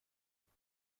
دیگه